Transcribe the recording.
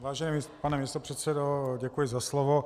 Vážený pane místopředsedo, děkuji za slovo.